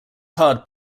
hard